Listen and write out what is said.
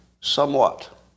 somewhat